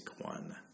one